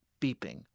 beeping